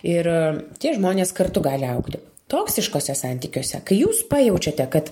ir tie žmonės kartu gali augti toksiškuose santykiuose kai jūs pajaučiate kad